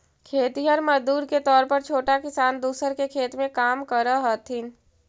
खेतिहर मजदूर के तौर पर छोटा किसान दूसर के खेत में काम करऽ हथिन